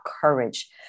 courage